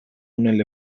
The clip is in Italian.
nelle